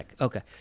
Okay